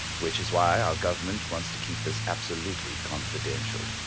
which is why our government wants to keep this absolutely confidential.